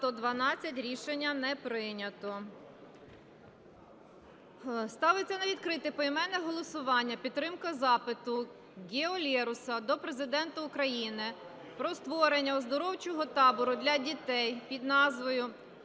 Рішення не прийнято.